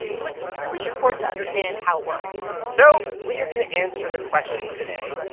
so it's really important to understand how it works so we are going to answer the question today,